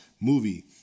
movie